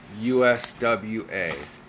USWA